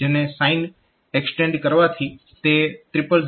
જેને sine extend કરવાથી તે 000AH બને છે